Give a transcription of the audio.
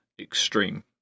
Extreme